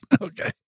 Okay